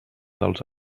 dels